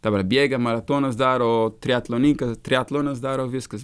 dabar bėga maratonas daro triatlonininkas triatlonas daro viskas